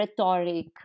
rhetoric